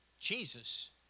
Jesus